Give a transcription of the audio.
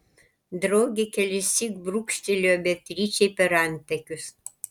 draugė kelissyk brūkštelėjo beatričei per antakius